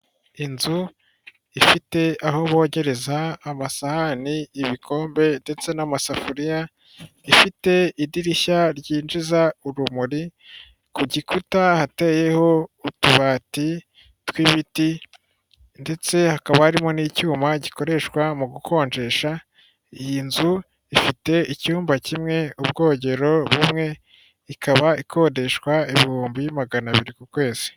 Inzu ifite aho bogereza amasahani, ibikombe, ndetse n'amasafuriya, ifite idirishya ryinjiza urumuri ku gikuta hateyeho utubati tw'ibiti ndetse hakaba harimo n'icyuma gikoreshwa mu gukonjesha. Iyi nzu ifite icyumba kimwe ubwogero bumwe ikaba ikodeshwa ibihumbi magana abiri ku kwezi.